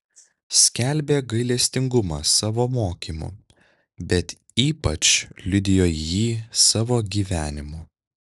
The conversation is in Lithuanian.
skelbė gailestingumą savo mokymu bet ypač liudijo jį savo gyvenimu